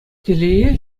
телее